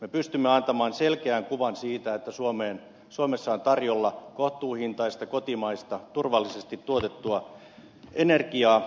me pystymme antamaan selkeän kuvan siitä että suomessa on tarjolla kohtuuhintaista kotimaista turvallisesti tuotettua energiaa